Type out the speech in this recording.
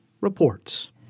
reports